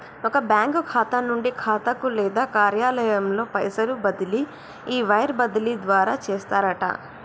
ఒక బ్యాంకు ఖాతా నుండి ఖాతాకు లేదా కార్యాలయంలో పైసలు బదిలీ ఈ వైర్ బదిలీ ద్వారా చేస్తారట